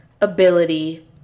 ability